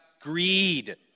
greed